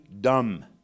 dumb